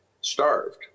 starved